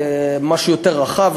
משהו יותר רחב,